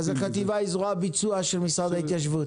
אז החטיבה היא זרוע הביצוע של משרד ההתיישבות.